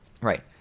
right